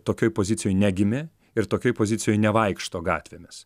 tokioj pozicijoj negimė ir tokioj pozicijoj nevaikšto gatvėmis